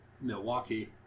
Milwaukee